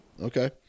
okay